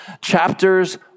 chapters